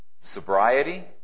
sobriety